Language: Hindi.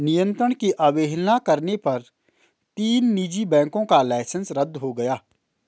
नियंत्रण की अवहेलना करने पर तीन निजी बैंकों का लाइसेंस रद्द हो गया